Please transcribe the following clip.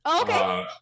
okay